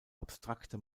abstrakte